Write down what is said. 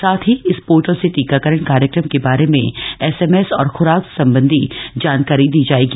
साथ ही इसी पोर्टल से टीकाकरण कार्यक्रम के बारे में एसएमएस और खुराक संबंधी जानकारी दी जाएगी